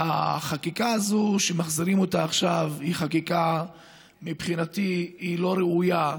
והחקיקה הזאת שמחזירים אותה עכשיו היא מבחינתי חקיקה לא ראויה.